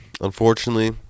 unfortunately